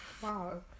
wow